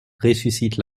ressuscite